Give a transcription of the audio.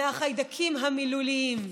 מהחיידקים המילוליים.